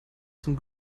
zum